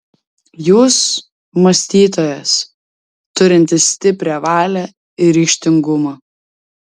jūs mąstytojas turintis stiprią valią ir ryžtingumą